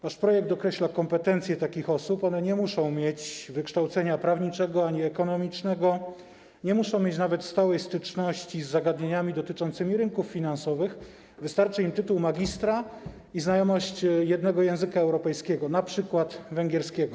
Wasz projekt określa kompetencje takich osób, one nie muszą mieć wykształcenia prawniczego ani ekonomicznego, nie muszą nawet mieć stałej styczności z zagadnieniami dotyczącymi rynków finansowych, wystarczy im tytuł magistra i znajomość jednego języka europejskiego, np. węgierskiego.